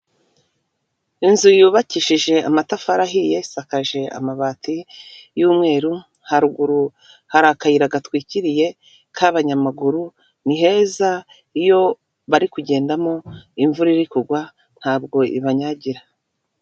Inzu yubakishije amatafari ahiye isakaje amabati y'umweru, haruguru hari akayira gatwikiriye k'abanyamaguru, ni heza iyo bari kugendamo imvura iri kugwa ntabwo ibanyagira.